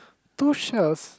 two shells